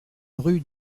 rue